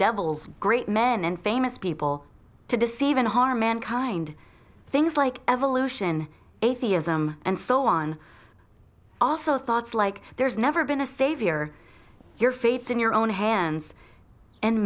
devils great men and famous people to deceive and harm and kind things like evolution atheism and so on also thoughts like there's never been a savior your fates in your own hands and